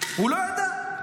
הוא לא ידע.